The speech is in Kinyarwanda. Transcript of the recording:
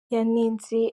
yanenze